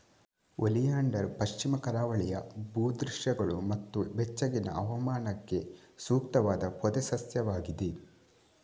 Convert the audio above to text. oleander ಪಶ್ಚಿಮ ಕರಾವಳಿಯ ಭೂ ದೃಶ್ಯಗಳು ಮತ್ತು ಬೆಚ್ಚಗಿನ ಹವಾಮಾನಕ್ಕೆ ಸೂಕ್ತವಾದ ಪೊದೆ ಸಸ್ಯವಾಗಿದೆ